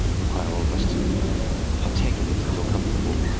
ah require all of us to partake in it, if you're comfortable.